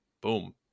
boom